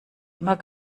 immer